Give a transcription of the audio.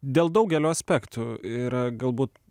dėl daugelio aspektų ir galbūt